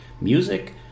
Music